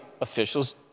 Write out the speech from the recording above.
officials